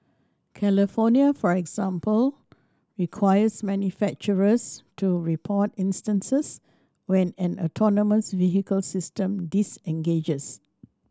California for example requires manufacturers to report instances when an autonomous vehicle system disengages